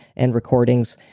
and recordings.